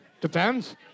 depends